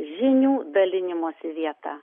žinių dalinimosi vieta